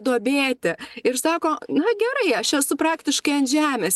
duobėti ir sako na gerai aš esu praktiškai ant žemės